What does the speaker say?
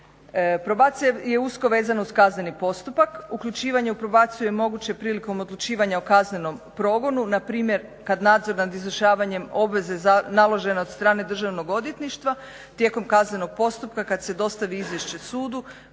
Probacija je usko vezana uz kazneni postupak. Uključivanje u probaciju je moguće prilikom odlučivanja o kaznenom progonu, npr. kad nadzor nad izvršavanjem obveze za naložene od strane Državnog odvjetništva tijekom kaznenog postupka kad se dostavi izvješće sudu,